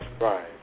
Right